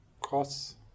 cross